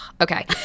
Okay